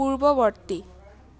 পূৰ্ৱবৰ্তী